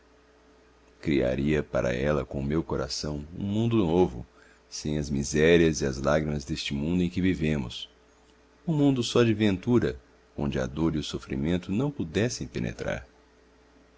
criaria para ela com o meu coração um mundo novo sem as misérias e as lágrimas deste mundo em que vivemos um mundo só de ventura onde a dor e o sofrimento não pudessem penetrar